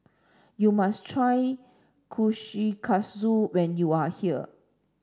you must try Kushikatsu when you are here